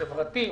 החברתי,